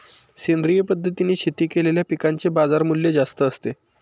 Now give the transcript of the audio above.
सेंद्रिय पद्धतीने शेती केलेल्या पिकांचे बाजारमूल्य जास्त असते